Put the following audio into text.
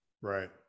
Right